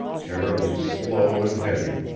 terribly slow and heavy,